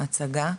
ההצגה,